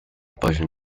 persian